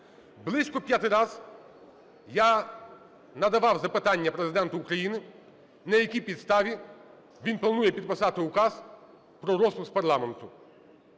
Близько 5 раз я надавав запитання Президенту України, на якій підставі він планує підписати Указ про розпуск парламенту.